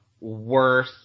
worth